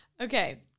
okay